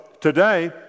today